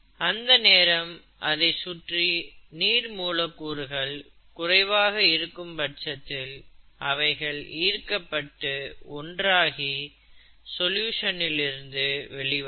அந்த நேரம் அதை சுற்றி நீர் மூலக்கூறுகள் குறைவாக இருக்கும் பட்சத்தில் அவைகள் ஈர்க்கப்பட்டு ஒன்றாகி சொல்யூஷன் இல் இருந்து வெளிவரும்